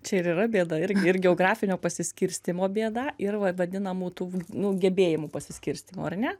čia ir yra bėda irgi ir geografinio pasiskirstymo bėda ir va vadinamų tų nu gebėjimų pasiskirstymo ar ne